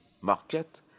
market